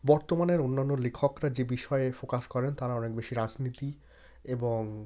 বর্তমানের অন্যান্য লেখকরা যে বিষয়ে ফোকাস করেন তারা অনেক বেশি রাজনীতি এবং